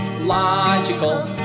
logical